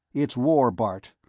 it's war, bart,